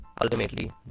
ultimately